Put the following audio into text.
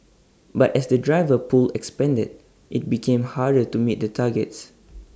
but as the driver pool expanded IT became harder to meet the targets